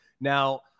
Now